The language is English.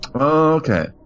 Okay